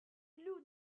blew